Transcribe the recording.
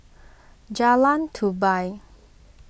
Jalan Tupai